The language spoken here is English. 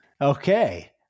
Okay